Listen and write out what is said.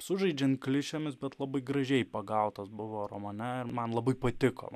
sužaidžiant klišėmis bet labai gražiai pagautos buvo romane man labai patiko